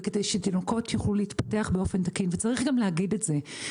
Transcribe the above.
וכדי שתינוקות יוכלו להתפתח באופן תקין וצריך גם להגיד את זה.